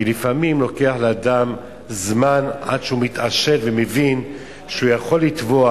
כי לפעמים לוקח לאדם זמן עד שהוא מתעשת ומבין שהוא יכול לתבוע,